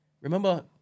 Remember